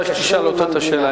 ואז תשאל אותו את השאלה.